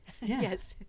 yes